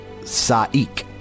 saik